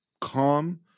calm